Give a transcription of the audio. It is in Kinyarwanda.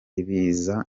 ibiza